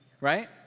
right